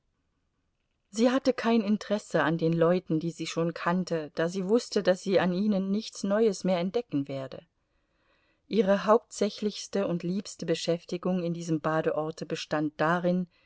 sie hatte kein interesse an den leuten die sie schon kannte da sie wußte daß sie an ihnen nichts neues mehr entdecken werde ihre hauptsächlichste und liebste beschäftigung in diesem badeorte bestand darin